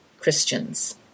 Christians